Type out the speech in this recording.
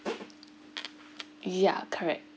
ya correct